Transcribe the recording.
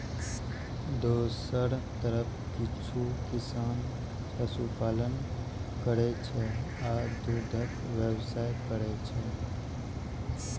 दोसर तरफ किछु किसान पशुपालन करै छै आ दूधक व्यवसाय करै छै